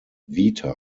vita